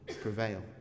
prevail